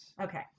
Okay